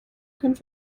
können